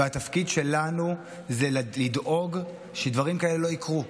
והתפקיד שלנו זה לדאוג שדברים כאלה לא יקרו.